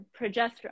progesterone